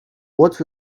what